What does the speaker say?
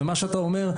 ומה שאתה אומר,